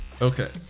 Okay